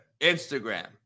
Instagram